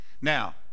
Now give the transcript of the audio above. Now